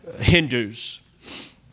Hindus